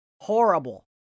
horrible